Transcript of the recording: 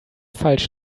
falsch